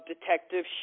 Detective